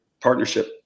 partnership